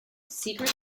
secret